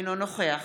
אינו נוכח